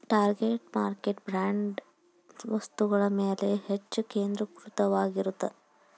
target market branded ವಸ್ತುಗಳ ಮ್ಯಾಲೆ ಹೆಚ್ಚ್ ಕೇಂದ್ರೇಕೃತವಾಗಿರತ್ತ